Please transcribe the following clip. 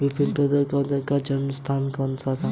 विपणन प्रबंध अवधारणा का जन्म स्थान कौन सा है?